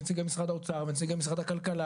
היו פה נציגי משרד האוצר ונציגי משרד הכלכלה